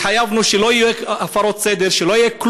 התחייבנו שלא יהיו הפרות סדר, שלא יהיה כלום,